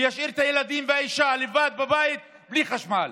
הוא ישאיר את הילדים והאישה לבד בבית בלי חשמל?